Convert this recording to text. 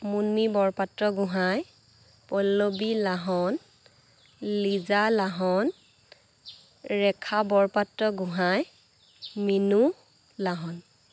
Munmi Borpatragohain Pallavi Lahon Liza Lahon Rekha Borpatragohain Minu Lahon